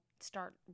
start